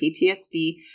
PTSD